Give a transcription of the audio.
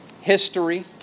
history